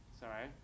Sorry